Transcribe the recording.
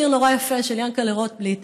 יש שיר נורא יפה של יענקל'ה רוטבליט,